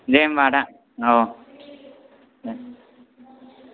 दे होनबा आदा औ दे